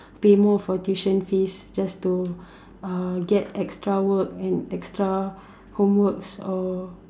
pay more for tuition fees just to uh get extra work and extra homeworks or